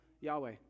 Yahweh